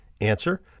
Answer